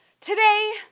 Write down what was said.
Today